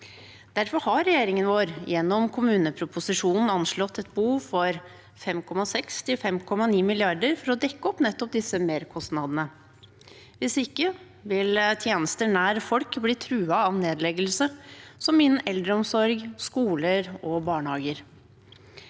Derfor har regjeringen vår gjennom kommuneproposisjonen anslått et behov for 5,6– 5,9 mrd. kr for å dekke opp nettopp disse merkostnadene. Hvis ikke vil tjenester nært folk bli truet av nedleggelse, som innen eldreomsorg, skole og barnehager.